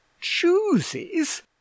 chooses